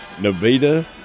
Nevada